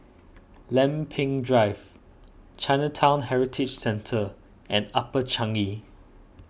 Lempeng Drive Chinatown Heritage Centre and Upper Changi